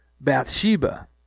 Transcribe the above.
Bathsheba